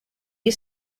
you